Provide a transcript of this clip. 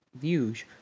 views